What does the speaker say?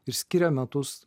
ir skiria metus